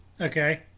okay